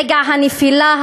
רגע הנפילה,